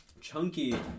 Chunky